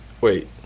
Wait